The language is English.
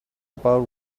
about